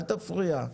אל תפריע.